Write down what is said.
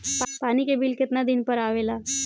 पानी के बिल केतना दिन पर आबे ला?